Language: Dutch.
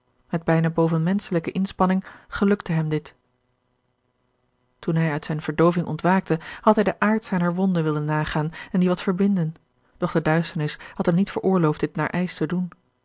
met bijna bovenmenschelijke inspanning gelukte hem dit toen hij uit zijne verdooving ontwaakte had hij den aard zijner wonde willen nagaan en die wat verbinden doch de duisternis had hem niet veroorloofd dit naar eisch te doen